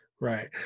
Right